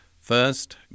First